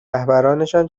رهبرانشان